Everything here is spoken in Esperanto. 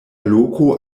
loko